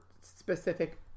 specific